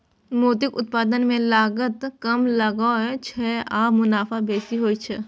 मोतीक उत्पादन मे लागत कम लागै छै आ मुनाफा बेसी होइ छै